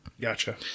Gotcha